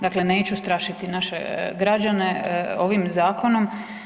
Dakle, neću strašiti naše građane ovim zakonom.